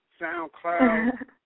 SoundCloud